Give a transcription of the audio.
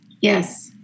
Yes